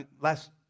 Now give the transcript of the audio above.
last